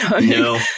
No